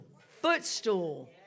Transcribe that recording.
footstool